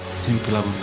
simple love